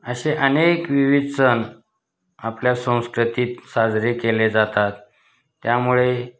असे अनेक विविध सण आपल्या संस्कृतीत साजरे केले जातात त्यामुळे